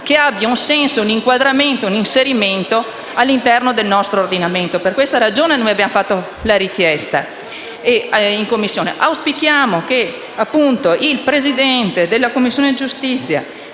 che abbia un senso e un inquadramento all'interno del nostro ordinamento. Per questa ragione abbiamo fatto la richiesta in Commissione e auspichiamo che il Presidente della Commissione giustizia